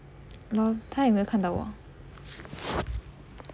!hannor! 他有没有看到我